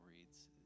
reads